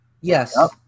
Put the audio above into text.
Yes